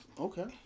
Okay